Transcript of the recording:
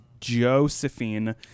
Josephine